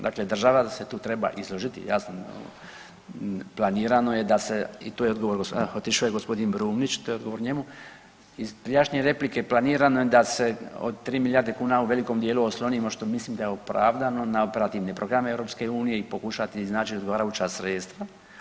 Dakle, država se tu treba izložiti jasno planirano je da se i to je odgovor, otišao je gospodin Brumnić, to je odgovor njemu iz prijašnje replike planirano je da se od tri milijarde kuna u velikom dijelu oslonimo što mislim da je opravdano na operativne programe EU i pokušati iznaći odgovarajuća sredstva.